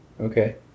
Okay